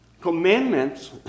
commandments